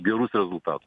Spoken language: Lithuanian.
gerus rezultatus